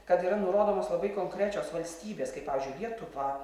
kad yra nurodomos labai konkrečios valstybės kaip pavyzdžiui lietuva